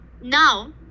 Now